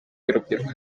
y’urubyiruko